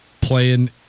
playing